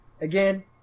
Again